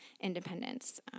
independence